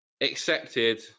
accepted